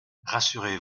rassurez